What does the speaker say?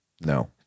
No